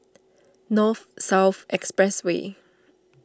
North South Expressway